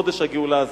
של חודש הגאולה הזה.